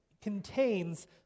contains